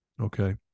okay